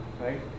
right